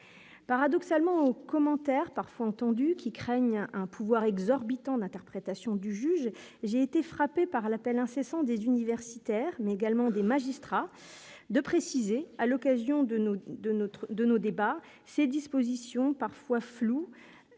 paradoxalement aux commentaires parfois entendu qui craignent un pouvoir exorbitant d'interprétation du juge, j'ai été frappé par l'appel incessant des universitaires, mais également des magistrats de préciser à l'occasion de nous, de notre de nos débats, ces dispositions parfois floues,